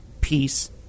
peace